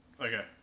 Okay